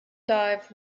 dive